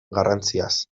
garrantziaz